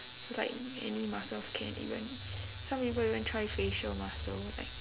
so like any muscles also can even some people even try facial muscles like